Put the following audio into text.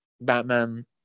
Batman